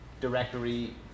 directory